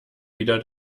wieder